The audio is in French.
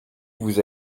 vous